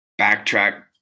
backtrack